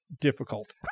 difficult